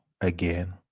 again